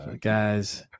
guys